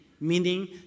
meaning